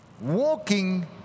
Walking